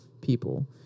people